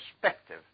perspective